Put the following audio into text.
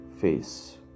face